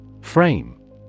Frame